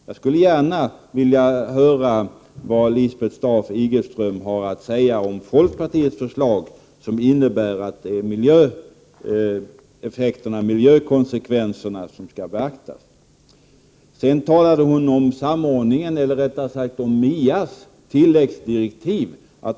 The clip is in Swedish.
Jag skulle gärna vilja höra vad Lisbeth Staaf-Igelström har att säga om folkpartiets förslag, som innebär att miljökonsekvenserna skall beaktas. Sedan talade Lisbeth Staaf-Igelström om NIA:s tilläggsdirektiv.